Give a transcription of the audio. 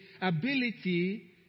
ability